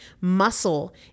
Muscle